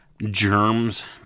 Germs